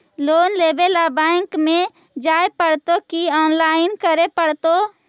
Loan लेवे ल bank में जाय पड़तै कि औनलाइन करे पड़तै?